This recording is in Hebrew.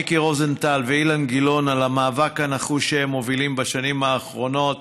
מיקי רוזנטל ואילן גילאון על המאבק הנחוש שהם מובילים בשנים האחרונות